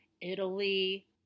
Italy